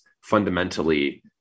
fundamentally